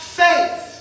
faith